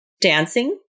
dancing